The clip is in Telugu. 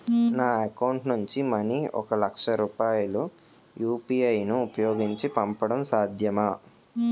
నా అకౌంట్ నుంచి మనీ ఒక లక్ష రూపాయలు యు.పి.ఐ ను ఉపయోగించి పంపడం సాధ్యమా?